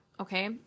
okay